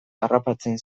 harrapatzen